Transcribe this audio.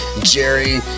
Jerry